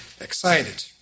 excited